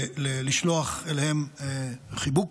לשלוח אליהם חיבוק,